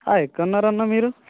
ఎక్కడున్నారు అన్న మీరు